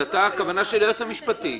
עמדת היועץ המשפטי.